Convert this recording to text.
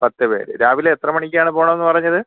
പത്ത് പേര് രാവിലെ എത്ര മണിക്കാണ് പോകണം എന്ന് പറഞ്ഞത്